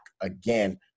again